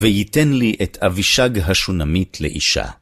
ויתן לי את אבישג השונמית לאישה.